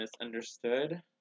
misunderstood